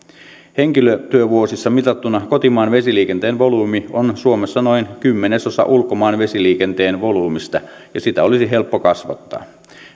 henkilötyövuosissa mitattuna kotimaan vesiliikenteen volyymi on suomessa noin kymmenesosa ulkomaan vesiliikenteen volyymista ja sitä olisi helppo kasvattaa